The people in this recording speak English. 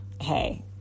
hey